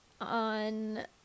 on